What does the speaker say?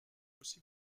aussi